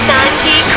Santi